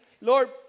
Lord